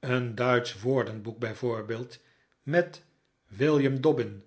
een duitsch woordenboek bijvoorbeeld met william dobbin